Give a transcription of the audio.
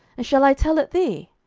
and shall i tell it thee?